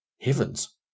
Heavens